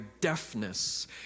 deafness